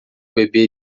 bebê